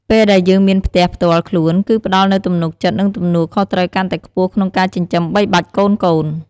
ពេលដែលយើងមានផ្ទះផ្ទាល់ខ្លួនគីផ្ដល់នូវទំនុកចិត្ត និងទំនួលខុសត្រូវកាន់តែខ្ពស់ក្នុងការចិញ្ចឹមបីបាច់កូនៗ។